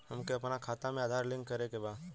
हमके अपना खाता में आधार लिंक करें के बा?